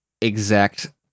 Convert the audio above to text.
exact